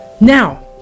Now